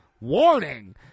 warning